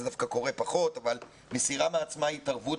זה דווקא קורה פחות, אבל מסירה מעצמה התערבות